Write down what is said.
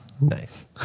Nice